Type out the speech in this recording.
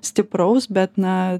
stipraus bet na